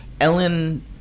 Ellen